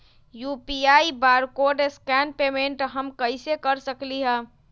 UPI barcode scan payment हम कईसे कर सकली ह?